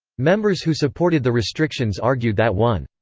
members who supported the restrictions argued that one.